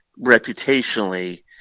reputationally